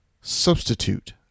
substitute